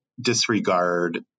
disregard